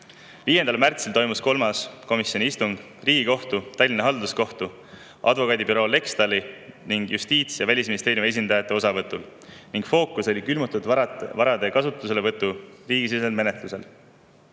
5. märtsil toimus kolmas komisjoni istung Riigikohtu, Tallinna Halduskohtu, advokaadibüroo Lextal ning Justiits- ja Välisministeeriumi esindajate osavõtul. Fookus oli külmutatud varade kasutuselevõtu riigisisesel menetlusel.